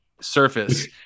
surface